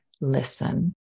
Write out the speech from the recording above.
listen